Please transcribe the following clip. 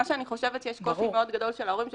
אני חושבת שיש קושי מאוד גדול של ההורים,